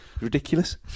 Ridiculous